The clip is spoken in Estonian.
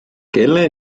kelle